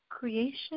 Creation